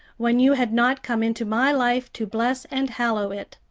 when you had not come into my life to bless and hallow it.